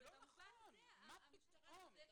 במובן הזה המשטרה צודקת.